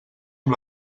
amb